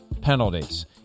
penalties